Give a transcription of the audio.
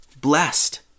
blessed